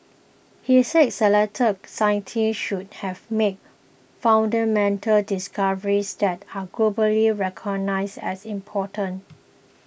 he said selected scientists should have made fundamental discoveries that are globally recognised as important